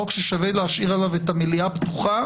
חוק ששווה להשאיר עליו את המליאה פתוחה